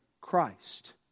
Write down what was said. Christ